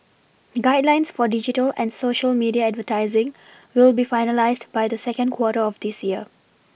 guidelines for digital and Social media advertising will be finalised by the second quarter of this year